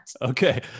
Okay